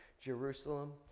jerusalem